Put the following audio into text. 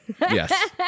Yes